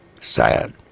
Sad